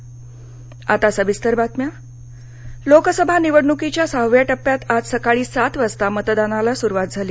मतदान लोकसभा निवडणुकीच्या सहाव्या टप्प्यात आज सकाळी सात वाजता मतदानाला सुरूवात झाली